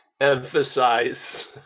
emphasize